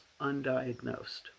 undiagnosed